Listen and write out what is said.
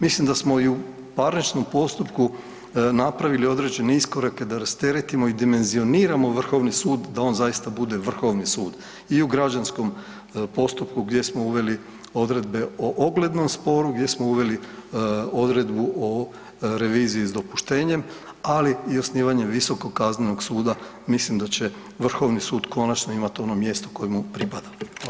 Mislim da smo i u parničnom postupku napravili određene iskorake da rasteretimo i dimenzioniramo Vrhovni sud da on zaista bude Vrhovni sud i u građanskom postupku gdje smo uveli odredbe o oglednom sporu, gdje smo uveli odredu o reviziji s dopuštenjem, ali i osnivanjem Visokog kaznenog suda mislim da će Vrhovni sud konačno imat ono mjesto koje mu pripada.